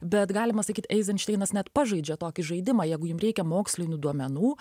bet galima sakyt eizenšteinas net pažaidžia tokį žaidimą jeigu jums reikia mokslinių duomenų